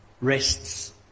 Rests